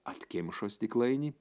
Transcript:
atkimšo stiklainį